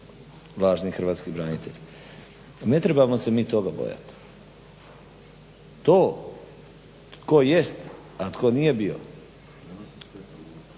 lažni hrvatski branitelj. Ne trebamo se mi toga bojat, to tko jest a tko nije bio,